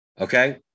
Okay